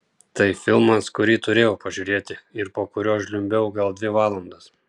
tai filmas kurį turėjau pažiūrėti ir po kurio žliumbiau gal dvi valandas